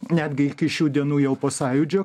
netgi iki šių dienų jau po sąjūdžio